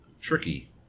tricky